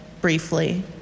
briefly